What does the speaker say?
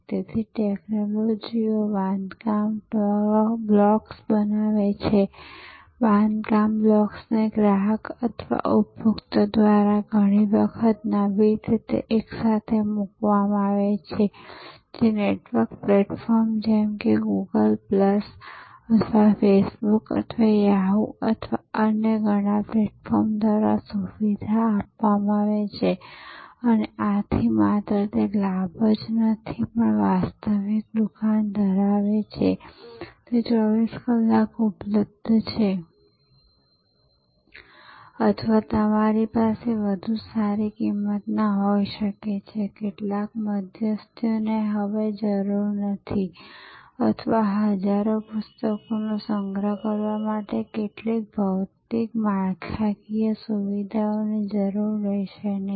તેથી ટેક્નોલોજીઓ બાંધકામ બ્લોક્સ બનાવે છે બાંધકામ બ્લોક્સને ગ્રાહક અથવા ઉપભોક્તા દ્વારા ઘણી વખત નવીન રીતે એકસાથે મૂકવામાં આવે છે જે નેટવર્ક પ્લેટફોર્મ જેમ કે ગૂગલ પ્લસ અથવા ફેસ બુક અથવા યાહૂ અથવા અન્ય ઘણા પ્લેટફોર્મ્સ દ્વારા સુવિધા આપવામાં આવે છે અને આથી તે માત્ર લાભ જ નથી પણ વાસ્તવિક દુકાન ધરાવે છેકે તે 24 કલાક ઉપલબ્ધ છે અથવા તમારી પાસે વધુ સારી કિંમતોના હોઈ શકે છે કેટલાક મધ્યસ્થીઓની હવે જરૂર નથી અથવા હજારો પુસ્તકોનો સંગ્રહ કરવા માટે કેટલીક ભૌતિક માળખાકીય સુવિધાઓની જરૂર રહેશે નહીં